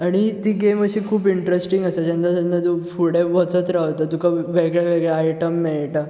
आनी ती गेम अशी खूब इंट्रस्टींग आसा जेन्ना जेन्ना तूं फुडें वचत रावता तुका व वेगळे वेगळे आयटम मेळटा